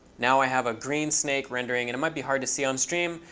now i have a green snake rendering. and it might be hard to see on stream,